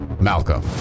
Malcolm